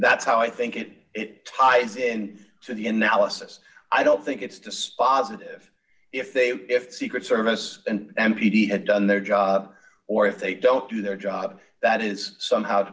that's how i think it it ties in to the analysis i don't think it's dispositive if they if the secret service and m p t had done their job or if they don't do their job that is somehow